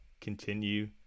continue